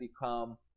become